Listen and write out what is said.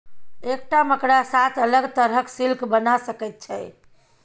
एकटा मकड़ा सात अलग तरहक सिल्क बना सकैत छै